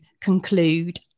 conclude